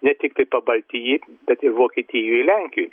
ne tiktai pabaltijy bet ir vokietijoj ir lenkijoj